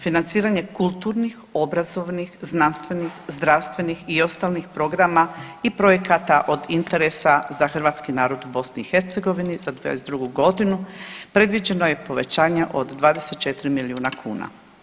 Financiranje kulturnih, obrazovnih, znanstvenih, zdravstvenih i ostalih programa i projekata od interesa za hrvatski narod u Bosni i Hercegovini za 22. godinu predviđeno je povećanje od 24 milijuna kuna.